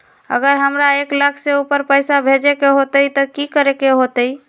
अगर हमरा एक लाख से ऊपर पैसा भेजे के होतई त की करेके होतय?